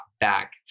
back